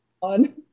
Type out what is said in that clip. on